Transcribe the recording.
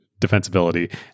defensibility